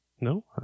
No